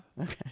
Okay